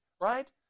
right